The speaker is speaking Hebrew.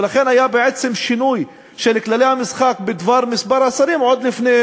ולכן היה בעצם שינוי של כללי המשחק בדבר מספר השרים עוד לפני